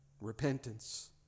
repentance